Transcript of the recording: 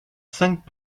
cinq